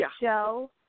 Joe